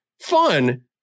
fun